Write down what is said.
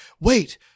wait